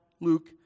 Luke